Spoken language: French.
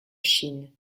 chine